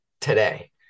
today